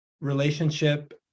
relationship